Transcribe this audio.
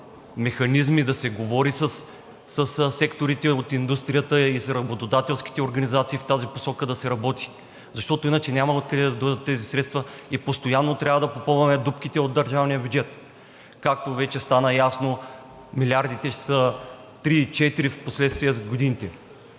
да се говори със секторите от индустрията и с работодателските организации в тази посока да се работи, защото иначе няма откъде да дойдат тези средства и постоянно трябва да попълваме дупките от държавния бюджет. Както вече стана ясно, милиардите ще са три-четири впоследствие с годините.